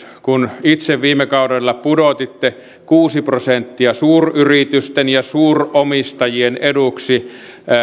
kun itse viime kaudella pudotitte kuusi prosenttia suuryritysten ja suuromistajien eduksi